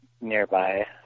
nearby